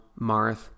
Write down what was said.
Marth